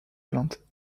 plaintes